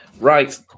Right